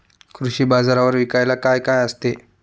कृषी बाजारावर विकायला काय काय असते?